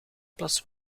plas